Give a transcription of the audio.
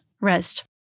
rest